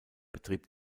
betrieb